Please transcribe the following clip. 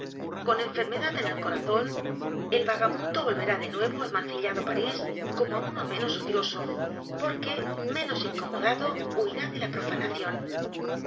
con enfermedad en el corazón el vagamundo volverá de nuevo al mancillado p a r í s como a u n o menos odioso porque menos incomodado huirá de la profanación